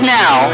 now